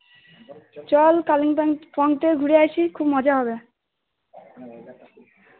চল কালিম্পং থেকে ঘুরে আসি খুব মজা হবে